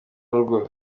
rugo